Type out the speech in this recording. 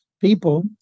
people